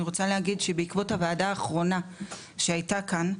אני רוצה להגיד שבעקבות הוועדה האחרונה שהייתה כאן,